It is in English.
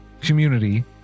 community